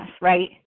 right